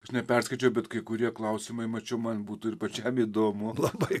aš neperskaičiau bet kai kurie klausimai mačiau man būtų ir pačiam įdomu labai